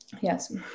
yes